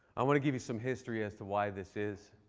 i want to give you some history as to why this is.